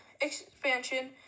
expansion